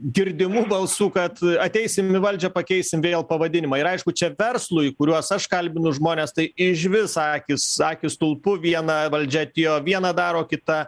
girdimų balsų kad ateisim į valdžią pakeisim vėl pavadinimą ir aišku čia verslui kuriuos aš kalbinu žmones tai išvis akys akys stulpu viena valdžia atėjo vieną daro kita